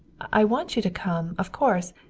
i want you to come, of course,